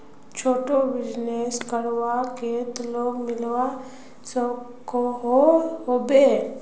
छोटो बिजनेस करवार केते लोन मिलवा सकोहो होबे?